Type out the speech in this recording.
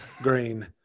green